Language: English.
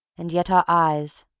and yet our eyes,